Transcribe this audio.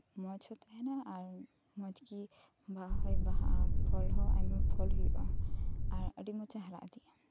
ᱢᱚᱪᱦᱚᱸ ᱛᱟᱦᱮᱱᱟ ᱟᱨ ᱢᱚᱪᱜᱤ ᱵᱟᱦᱟ ᱦᱚᱭ ᱵᱟᱦᱟᱜᱼᱟ ᱯᱷᱚᱞᱦᱚᱸ ᱟᱭᱢᱟ ᱯᱷᱚᱞ ᱦᱩᱭᱩᱜᱼᱟ ᱟᱨ ᱟᱹᱰᱤ ᱢᱚᱪᱮ ᱦᱟᱨᱟ ᱤᱫᱤᱜᱼᱟ